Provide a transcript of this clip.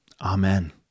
Amen